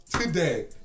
today